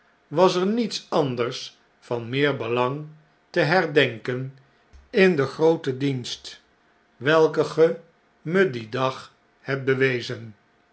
was er niets anders van meer belang teherdenken in den grooten dienst welken ge me dien dag hebt bewezen